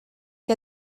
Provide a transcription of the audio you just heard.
que